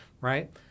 Right